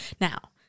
Now